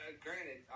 granted